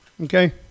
Okay